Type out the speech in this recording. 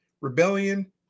rebellion